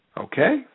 okay